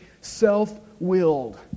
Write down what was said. self-willed